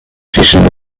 vision